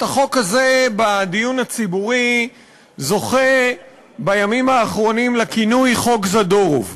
החוק הזה זוכה בדיון הציבורי בימים האחרונים לכינוי "חוק זדורוב".